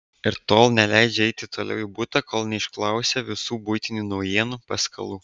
ir tol neleidžia eiti toliau į butą kol neišklausia visų buitinių naujienų paskalų